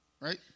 Right